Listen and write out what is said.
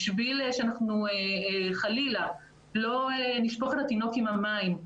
כדי שחלילה לא נשפוך את התינוק עם המים,